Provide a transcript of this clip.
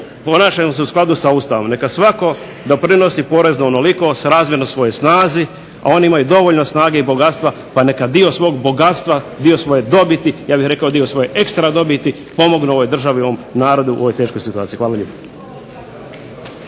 ponašaju se u skladu sa Ustavom. Neka svatko doprinosi porezno onoliko srazmjerno svojoj snazi, a oni imaju dovoljno snage i bogatstva, pa neka dio svog bogatstva, dio svoje dobiti, ja bih rekao dio svoje ekstra dobiti pomognu ovoj državi, ovom narodu u ovoj teškoj situaciji. Hvala lijepa.